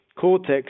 Cortex